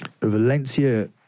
Valencia